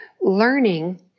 learning